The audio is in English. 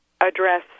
address